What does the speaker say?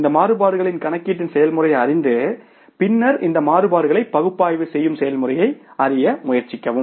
இந்த மாறுபாடுகளின் கணக்கீட்டின் செயல்முறையை அறிந்து பின்னர் இந்த மாறுபாடுகளை பகுப்பாய்வு செய்யும் செயல்முறையை அறிய முயற்சிக்கவும்